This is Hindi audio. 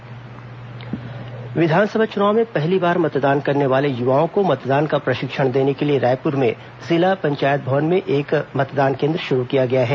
विधानसभा चुनाव मतदान प्रशिक्षण विधानसभा चुनाव में पहली बार मतदान करने वाले युवाओं को मतदान का प्रशिक्षण देने के लिए रायपुर में जिला पंचायत भवन में मतदान केन्द्र शुरू किया गया है